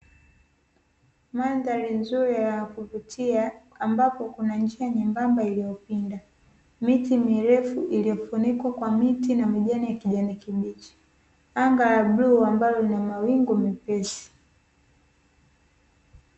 Mandhari nzuri na ya kuvutia, ambapo kuna njia nyembamba iliyopinda, miti mirefu iliyofunikwa kwa miti na majani ya kijani kibichi; anga la bluu ambalo lina mawingu mepesi.